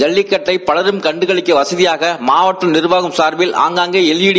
ஜல்லிக்கட்ட பலரும் கண்டு களிக்க வசதியாக மாவட்ட நிர்வாகம் சார்பில் ஆங்காங்கே எல் இ டி